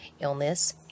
illness